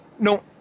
no